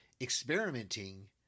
experimenting